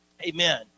Amen